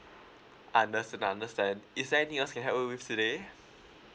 understand I understand is there anything else I can help you with today